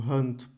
Hunt